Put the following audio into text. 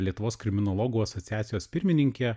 lietuvos kriminologų asociacijos pirmininkė